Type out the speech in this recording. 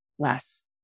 Less